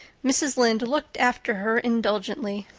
mrs. lynde looked after her indulgently.